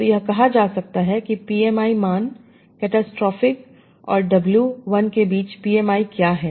तो यह कहा जा सकता है कि PMI मान कैटास्ट्रोफिक और w 1 के बीच PMI क्या है